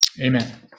Amen